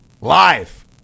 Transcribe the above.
Live